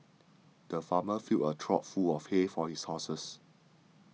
the farmer filled a trough full of hay for his horses